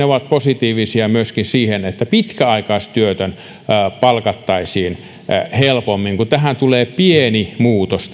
ovat positiivisia myöskin siinä että pitkäaikaistyötön palkattaisiin helpommin kun tähän asiaan tulee pieni muutos